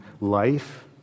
life